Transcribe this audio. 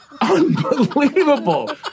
unbelievable